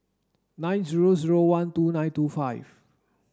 nine zero zero one two nine two five